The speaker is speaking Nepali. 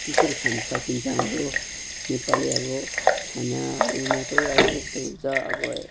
त्यसरी खान सकिन्छ हाम्रो नेपाली अब खानाहरूमा चाहिँ अब त्यस्तो हुन्छ अब